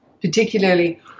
particularly